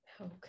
Okay